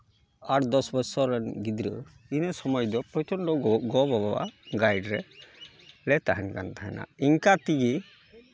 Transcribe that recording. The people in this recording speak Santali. ᱟᱴᱼᱫᱚᱥ ᱵᱚᱥᱚᱨ ᱨᱮᱱ ᱜᱤᱫᱽᱨᱟᱹ ᱤᱱᱟᱹ ᱥᱚᱢᱚᱭ ᱫᱚ ᱯᱨᱚᱪᱚᱱᱰᱚ ᱜᱚᱼᱵᱟᱵᱟᱣᱟᱜ ᱜᱟᱭᱤᱰ ᱨᱮ ᱛᱟᱦᱮᱱ ᱠᱟᱱ ᱛᱟᱦᱮᱱᱟ ᱤᱱᱠᱟᱹ ᱛᱮᱜᱤ